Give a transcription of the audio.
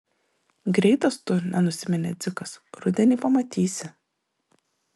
greitas tu nenusiminė dzikas rudenį pamatysi